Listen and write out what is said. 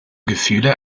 gefühle